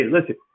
listen